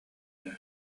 үһү